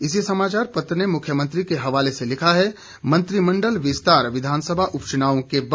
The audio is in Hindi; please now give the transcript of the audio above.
इसी समाचार पत्र ने मुख्यमंत्री के हवाले से लिखा है मंत्रिमंडल विस्तार विधानसभा उपचुनावों के बाद